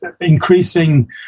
increasing